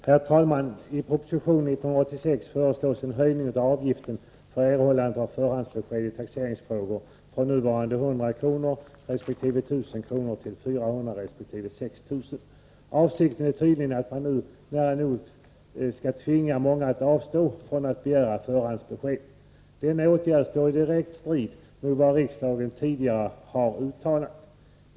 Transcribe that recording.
Herr talman! I proposition 1983/84:186 föreslås en höjning av avgiften för erhållandet av förhandsbesked i taxeringsfrågor från nuvarande 100 kr. resp. 1 000 kr. till 400 kr. resp. 6 000 kr. Avsikten är tydligen att man nu, nära nog, skall tvinga många att avstå från att begära förhandsbesked. Denna åtgärd står i direkt strid mot vad riksdagen tidigare utlovat.